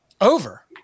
Over